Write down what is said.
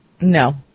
No